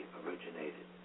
originated